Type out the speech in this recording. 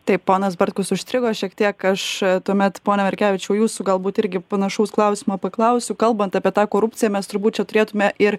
taip ponas bartkus užstrigo šiek tiek aš tuomet pone merkevičiau jūsų galbūt irgi panašaus klausimo paklausiu kalbant apie tą korupciją mes turbūt turėtume ir